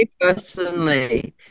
personally